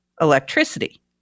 electricity